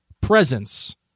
presence